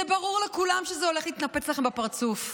זה ברור לכולם שזה הולך להתנפץ לכם בפרצוף.